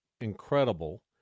incredible